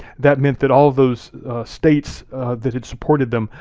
that meant that all of those states that had supported them,